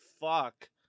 fuck